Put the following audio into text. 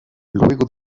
luego